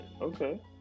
Okay